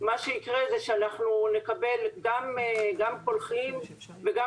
מה שיקרה הוא שאנחנו נקבל גם קולחים וגם